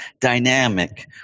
dynamic